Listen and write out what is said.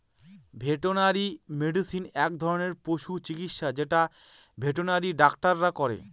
veterinary medicine এক ধরনের পশু চিকিৎসা যেটা ভেটেনারি ডাক্তাররা করে